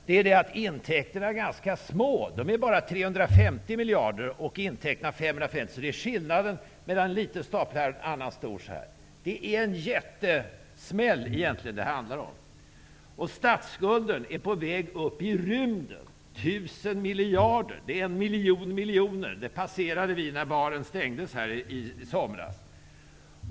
Intäkterna är ganska små -- de är bara 350 miljarder -- och utgifterna är 550 miljarder. Det innebär skillnaden mellan en liten stapel och en stor stapel. Det är en jättesmäll det handlar om! Och statsskulden är på väg upp i rymden: 1 000 miljarder! Det är en miljon miljoner. Den nivån passerade vi när baren stängdes här i somras.